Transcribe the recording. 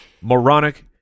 moronic